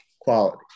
quality